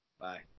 Bye